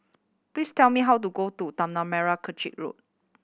please tell me how to go to Tanah Merah Kechil Road